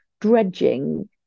dredging